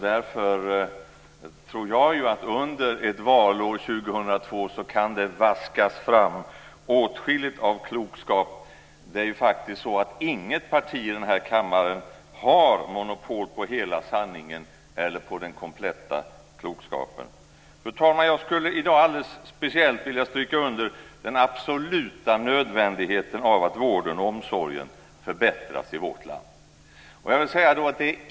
Därför tror jag att det under valåret 2002 kan vaskas fram åtskilligt av klokskap. Inget parti i den här kammaren har ju monopol på hela sanningen eller på den kompletta klokskapen. Fru talman! Jag skulle i dag alldeles speciellt vilja stryka under den absoluta nödvändigheten av att vården och omsorgen förbättras i vårt land.